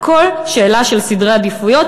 הכול שאלה של סדרי עדיפויות,